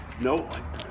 No